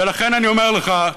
ולכן אני אומר לך,